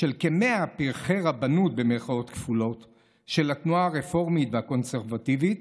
"של כ-100 'פרחי רבנות' של התנועה הרפורמית והקונסרבטיבית